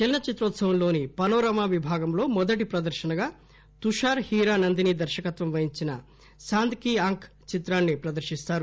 చలన చిత్ర ఉత్పవంలోని పనోరమా విభాగంలో మొదటి ప్రదర్శనగా తుషార్ హీరా నందిని దర్శకత్వం వహించిన సాంద్ కీ ఆంక్ చిత్రాన్ని ప్రదర్శిస్తారు